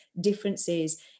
differences